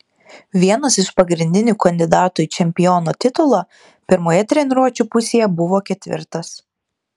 vienas iš pagrindinių kandidatų į čempiono titulą pirmoje treniruočių pusėje buvo ketvirtas